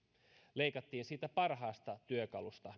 leikattiin siitä parhaasta työkalusta